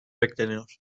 bekleniyor